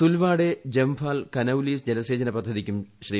സുൽവാഡെ ജംഫാൽ കനൌലി ജലസേചന പദ്ധതിക്കും ശ്രീ